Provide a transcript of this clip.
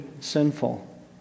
sinful